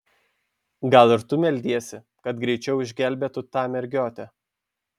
gal ir tu meldiesi kad greičiau išgelbėtų tą mergiotę